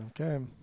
Okay